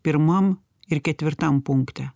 pirmam ir ketvirtam punkte